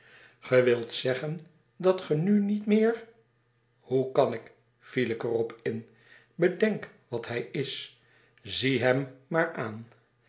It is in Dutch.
wilt zeggen dat ge nu niet meer hoe kan ik viel ik er op in bedenk wat hij is zie hem maar aan